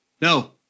No